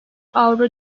avro